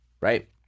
right